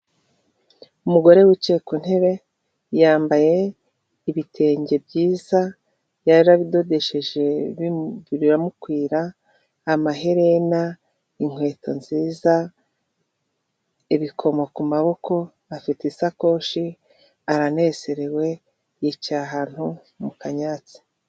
Umugore wicaye ku ntebe yambaye ibitenge byiza, yarabidodesheje biramukwira, amaherena inkweto nziza, ibikoma ku maboko, afite isakoshi, aranezerewe yicaye ahantu mu kanyayatsi.